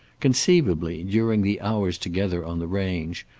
conceivably, during the hours together on the range,